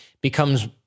becomes